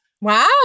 Wow